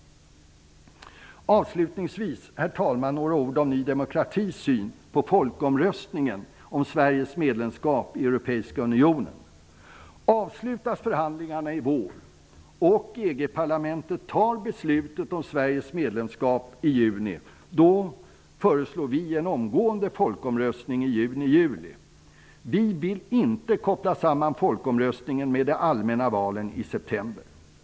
Låt mig avslutningsvis säga några ord om Ny demokratis syn på folkomröstningen om parlamenetet fattar beslut om Sveriges medlemskap i juni föreslår vi en folkomröstning i juni--juli. Vi vill inte koppla samman folkomröstningen med de allmänna valen i september.